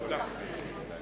תודה רבה.